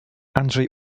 andrzej